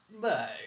No